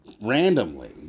randomly